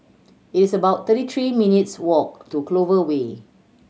it's about thirty three minutes' walk to Clover Way